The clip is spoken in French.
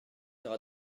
faire